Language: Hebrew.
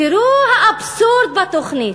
תראו האבסורד בתוכנית: